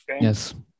Yes